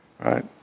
Right